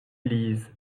lisent